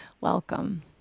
Welcome